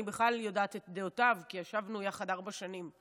אני בכלל יודעת את דעותיו כי ישבנו יחד ארבע שנים.